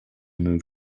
move